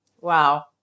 Wow